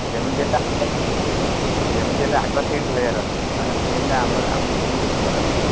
ଯେମିତି ହେଲେ ଆଗ ସିଟ୍ ଯେମିତି ହେଲେ ଆଗ ସିଟ୍ ଧରିବାର ଅଛି ମାନେ ଫିଲ୍ମ ହଲରେ ଆମେ ଆମେ ସେମିତି ଦେଖିବାର ଅଛି